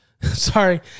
Sorry